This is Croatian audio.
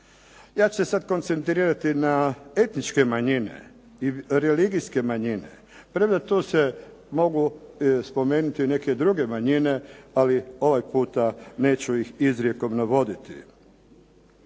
Ja ću se sada skoncentrirati ne etničke manjine i religijske manjine, premda tu se mogu spomenuti neke druge manjine, ali ovaj puta neću ih izrijekom navoditi.